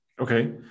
Okay